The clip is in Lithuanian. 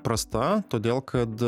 prasta todėl kad